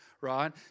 right